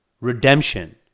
redemption